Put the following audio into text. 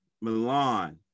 Milan